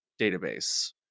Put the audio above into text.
database